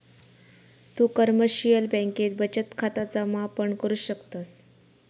तु कमर्शिअल बँकेत बचत खाता जमा पण करु शकतस